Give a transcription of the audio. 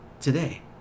today